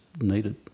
needed